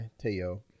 Teo